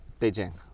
Beijing